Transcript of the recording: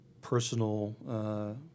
personal